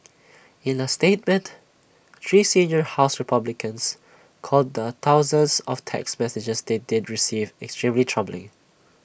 in A statement three senior house republicans called the thousands of text messages they did receive extremely troubling